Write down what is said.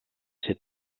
ser